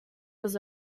was